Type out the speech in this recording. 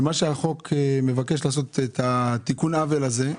הצעת החוק מבקשת לתקן את העוול הזה,